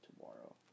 tomorrow